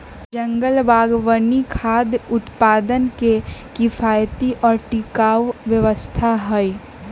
जंगल बागवानी खाद्य उत्पादन के किफायती और टिकाऊ व्यवस्था हई